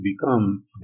become